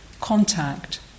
contact